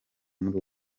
muri